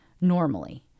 normally